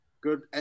Good